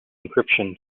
encryption